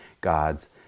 God's